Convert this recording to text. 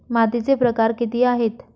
मातीचे प्रकार किती आहेत?